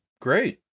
Great